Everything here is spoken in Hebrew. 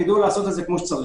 הם יידעו לעשות את זה כמו שצריך.